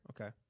Okay